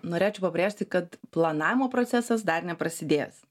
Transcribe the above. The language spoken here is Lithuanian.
norėčiau pabrėžti kad planavimo procesas dar neprasidėjęs